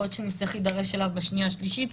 יכול שנצטרך להידרש לו בשנייה ושלישית,